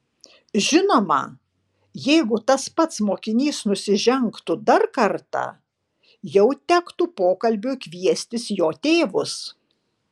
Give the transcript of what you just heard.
žinoma jeigu tas pats mokinys nusižengtų dar kartą jau tektų pokalbiui kviestis jo tėvus